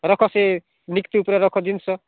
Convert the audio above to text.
ରଖ ସେ ମିକ୍ ଟୁଥ୍ରେ ରଖ ଜିନିଷ